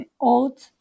old